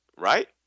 right